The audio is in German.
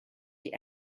die